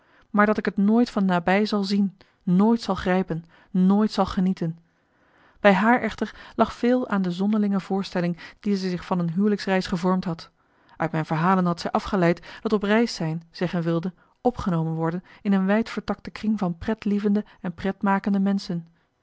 maar dat ik t nooit van nabij zal zien nooit zal grijpen nooit zal genieten bij haar echter lag veel aan de zonderlinge voorstelling die zij zich marcellus emants een nagelaten bekentenis van een huwelijksreis gevormd had uit mijn verhalen had zij afgeleid dat op reis zijn zeggen wilde opgenomen worden in een wijd vertakte kring van pretlievende en pretmakende menschen